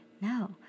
no